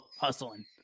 hustling